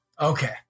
Okay